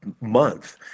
month